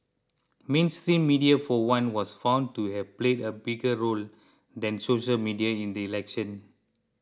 mainstream media for one was found to have played a bigger role than social media in the election